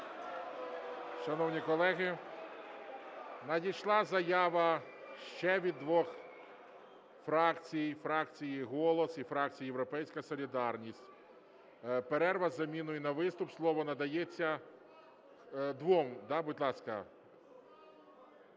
Шановні колеги, надійшла заява ще від двох фракцій – фракції "Голос" і фракції "Європейська солідарність". Перерва із заміною на виступ. Слово надається двом, да, будь ласка.